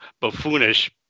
buffoonish